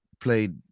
played